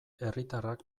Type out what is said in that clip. herritarrak